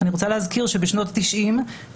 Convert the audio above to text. אני רוצה להזכיר שבשנות התשעים,